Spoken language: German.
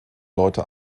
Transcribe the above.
leute